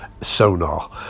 Sonar